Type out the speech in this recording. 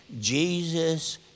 Jesus